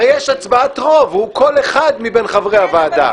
הרי יש הצבעת רוב והוא קול אחד מבין חברי הוועדה.